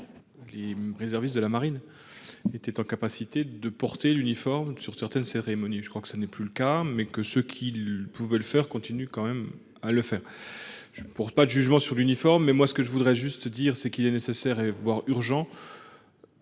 Les réserviste de la marine. Était en capacité de porter l'uniforme sur certaines cérémonies. Je crois que ça n'est plus le cas, mais que ce qu'il le faire continue quand même à le faire. Je porte pas de jugement sur l'uniforme, mais moi ce que je voudrais juste dire, c'est qu'il est nécessaire et voir urgent.